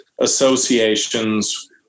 associations